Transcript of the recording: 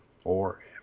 Forever